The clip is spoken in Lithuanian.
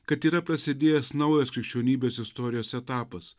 kad yra prasidėjęs naujas krikščionybės istorijos etapas